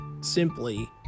simply